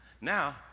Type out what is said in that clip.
Now